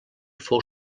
fou